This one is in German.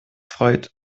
freut